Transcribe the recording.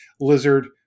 lizard